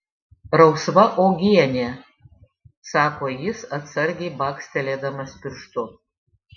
rausva uogienė sako jis atsargiai bakstelėdamas pirštu